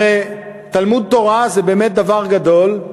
הרי תלמוד תורה זה באמת דבר גדול,